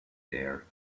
there